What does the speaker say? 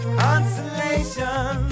consolation